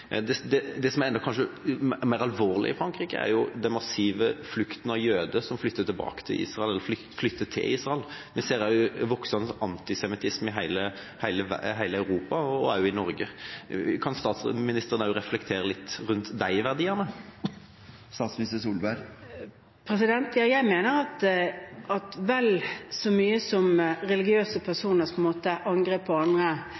Det som kanskje er enda mer alvorlig i Frankrike, er den massive flukten av jøder, at de flytter til Israel. Vi ser også en voksende antisemittisme i hele Europa – også i Norge. Kan statsministeren også reflektere litt rundt de verdiene? Ja, jeg mener at vel så mye som at det er religiøse personer som på en måte går til angrep på andre,